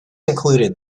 included